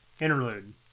Interlude